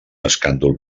escàndol